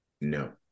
No